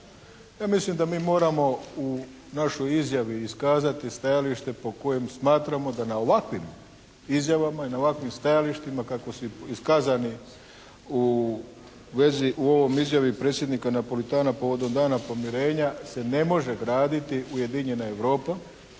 Ja mislim da mi moramo u našoj izjavi iskazati stajalište po kojem smatramo da na ovakvim izjavama i na ovakvim stajalištima kakvi su iskazani u vezi, u ovoj izjavi predsjednika Napolitana povodom Dana pomirenja se ne može graditi Ujedinjena Europa,